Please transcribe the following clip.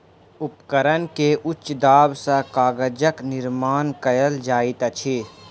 उपकरण के उच्च दाब सॅ कागजक निर्माण कयल जाइत अछि